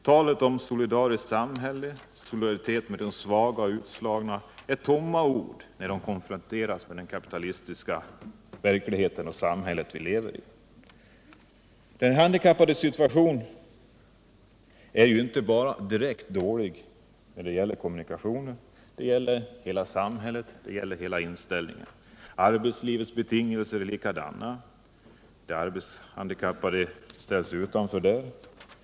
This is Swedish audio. Talet om ett solidariskt samhälle och solidaritet med de svaga och utslagna är tomma ord när det konfronteras med den kapitalistiska verklighet och det samhälle vi lever i. De handikappades situation är direkt dålig inte bara när det gäller kommunikationer; det gäller för hela samhället och dess inställning. Samma sak gäller arbetslivets betingelser — de arbetshandikappade ställs utanför.